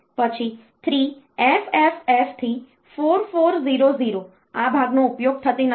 પછી 3FFF થી 4400 આ ભાગનો ઉપયોગ થતો નથી